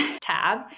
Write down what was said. tab